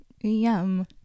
Yum